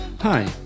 Hi